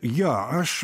jo aš